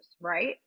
right